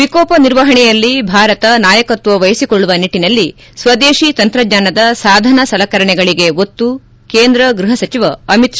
ವಿಕೋಪ ನಿರ್ವಹಣೆಯಲ್ಲಿ ಭಾರತ ನಾಯಕತ್ವ ವಹಿಸಿಕೊಳ್ಲುವ ನಿಟ್ಟನಲ್ಲಿ ಸ್ತದೇಶಿ ತಂತ್ರಜ್ವಾನದ ಸಾಧನ ಸಲಕರಣೆಗಳಗೆ ಒತ್ತು ಕೇಂದ್ರ ಗೃಹ ಸಚಿವ ಅಮಿತ್ ಶಾ